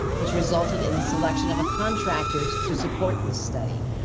which resulted in the selection of a contractors to support this study.